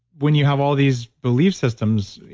when you have all these belief systems,